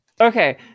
Okay